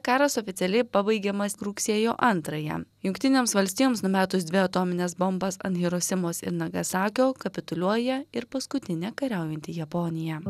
karas oficialiai pabaigiamas rugsėjo antrąją jungtinėms valstijoms numetus dvi atomines bombas ant hirosimos ir nagasakio kapituliuoja ir paskutinė kariaujanti japonija